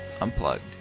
Unplugged